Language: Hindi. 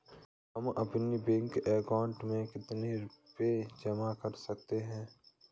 हम अपने बैंक अकाउंट में कितने रुपये जमा कर सकते हैं?